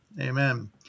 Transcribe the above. Amen